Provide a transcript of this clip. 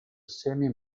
semi